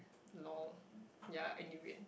lol ya and you wait